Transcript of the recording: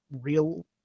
real –